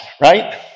right